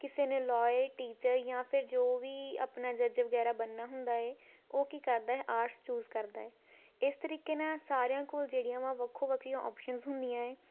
ਕਿਸੇ ਨੇ lawyer teacher ਜਾਂ ਫਿਰ ਜੋ ਵੀ ਆਪਣਾ ਜੱਜ ਵਗੈਰਾ ਬਣਨਾ ਹੁੰਦਾ ਹੈ ਉਹ ਕੀ ਕਰਦਾ ਹੈ ਆਰਟਸ ਚੂਜ਼ ਕਰਦਾ ਹੈ ਇਸ ਤਰੀਕੇ ਨਾਲ ਸਾਰਿਆਂ ਕੋਲ ਜਿਹੜੀਆਂ ਵਾ ਵੱਖੋ ਵੱਖਰੀਆਂ ਅੋਪਸ਼ਨਸ ਹੁੰਦੀਆਂ ਹੈ